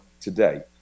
today